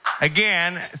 again